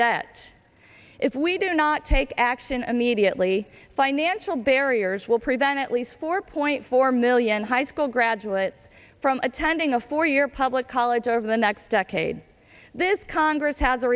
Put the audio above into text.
debt if we do not take action immediately financial barriers will prevent at least four point four million high school graduates from attending a four year public college over the next decade this congress has a